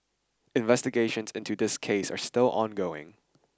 investigations into this case are still ongoing